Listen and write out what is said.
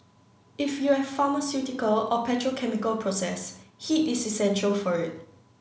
if you have pharmaceutical or petrochemical process heat is essential for it